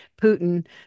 Putin